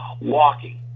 walking